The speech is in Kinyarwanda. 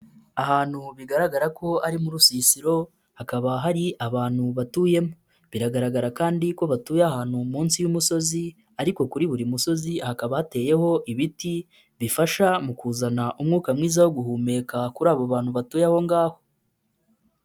Ahantu bigaragara ko ari muri rusisiro hakaba hari abantu batuyemo, biragaragara kandi ko batuye ahantu munsi y'umusozi ariko kuri buri musozi hakaba hateyeho ibiti, bifasha mu kuzana umwuka mwiza wo guhumeka kuri abo bantu batuye aho ngaho.